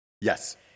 Yes